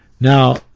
Now